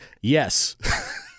yes